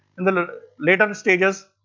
in the later and stages,